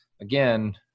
again